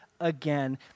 again